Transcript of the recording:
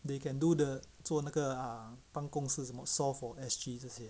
they can do the 做那个 ah 办公室什么 saw for S_G 这些